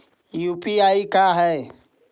UPI का है?